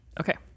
Okay